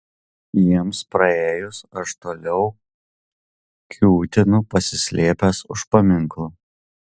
jiems praėjus aš toliau kiūtinu pasislėpęs už paminklų